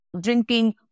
drinking